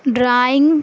drawing